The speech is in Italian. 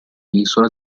isola